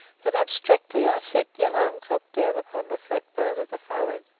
that, abstractedly, i set the alarm-clock down upon the flat bone of the forehead.